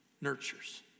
Nurtures